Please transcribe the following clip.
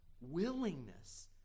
willingness